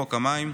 חוק המים,